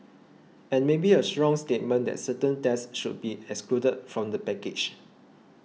and maybe a strong statement that certain tests should be excluded from the package